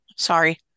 sorry